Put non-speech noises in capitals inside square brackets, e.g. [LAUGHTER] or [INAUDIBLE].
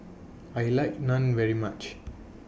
I like Naan very much [NOISE]